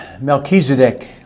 Melchizedek